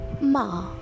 Ma